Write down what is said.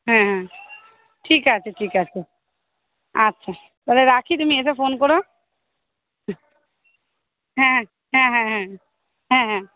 হ্যাঁ হ্যাঁ ঠিক আছে ঠিক আছে আচ্ছা তাহলে রাখি তুমি এসে ফোন করো হ্যাঁ হ্যাঁ হ্যাঁ হ্যাঁ হ্যাঁ হ্যাঁ